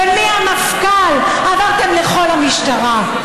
ומהמפכ"ל עברתם לכל המשטרה,